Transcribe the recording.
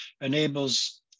enables